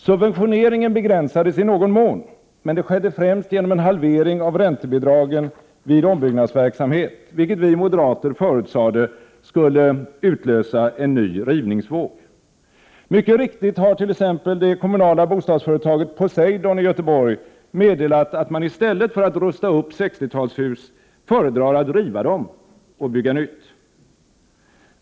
Subventioneringen begränsa 1 februari 1989 des i någon mån, men det skedde främst genom en halvering av räntebidragen vid ombyggnaädsverksamhet, vilket vi moderater förutsade skulle utlösa en ny rivningsvåg. Mycket riktigt har t.ex. det kommunala bostadsföretaget Poseidon i Göteborg meddelat att man i stället för att rusta upp 60-talshus föredrar att riva dem och bygga nytt.